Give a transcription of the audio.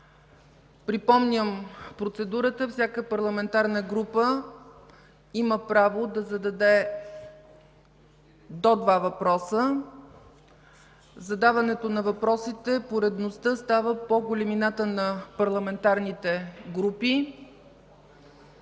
Припомням процедурата. Всяка парламентарна група има право да зададе до два въпроса. Поредността на задаването на въпросите става по големината на парламентарните групи.